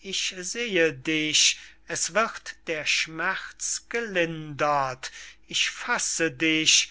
ich sehe dich es wird der schmerz gelindert ich fasse dich